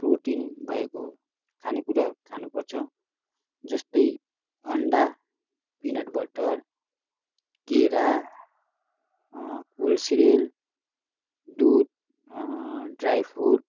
protein भएको खानेकुरा खानुपर्छ जस्तै अन्डा पिनट बटर केरा कोल सिरेल दुध ड्राई फ्रुट